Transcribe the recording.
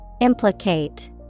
Implicate